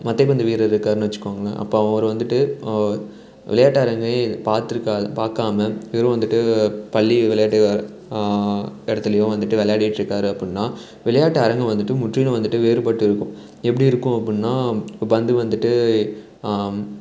மட்டைப்பந்து வீரர் இருக்கார்ன்னு வச்சுக்கோங்களேன் அப்போ அவர் வந்துட்டு விளையாட்டு அரங்கையே பார்த்துருக்கா பார்க்காம இவரும் வந்துட்டு பள்ளி விளையாட்டு இடத்துலையும் வந்துட்டு விளையாடிட்ருக்காரு அப்புடின்னா விளையாட்டு அரங்கம் வந்துட்டு முற்றிலும் வந்துட்டு வேறுபட்டு இருக்கும் எப்படி இருக்கும் அப்புடின்னா இப்போ பந்து வந்துட்டு